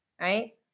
Right